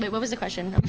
but what was the question?